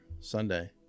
Sunday